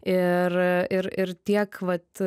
ir ir tiek vat